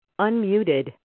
Unmuted